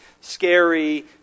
scary